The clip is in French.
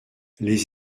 les